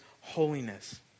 holiness